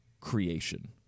Creation